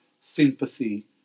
sympathy